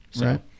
Right